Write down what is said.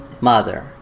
mother